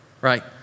right